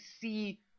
see